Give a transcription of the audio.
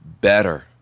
better